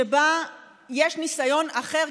שבה יש ניסיון אחר,